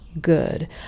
good